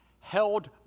Held